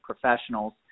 professionals